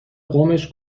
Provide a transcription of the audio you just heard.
قومش